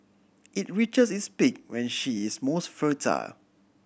it reaches its peak when she is most fertile